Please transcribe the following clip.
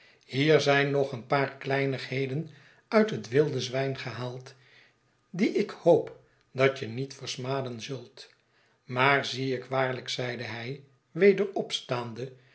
hier zijn nog een paar kleinigheden uit het wilde zwijn gehaald die ik hoop dat je niet versmaden zult maar zie ik waarlijk zeide hij weder opstaande